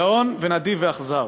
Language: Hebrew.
גאון ונדיב ואכזר.